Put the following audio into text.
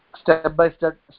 step-by-step